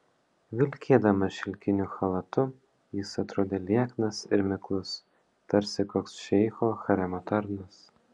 vilkėdamas šilkiniu chalatu jis atrodė lieknas ir miklus tarsi koks šeicho haremo tarnas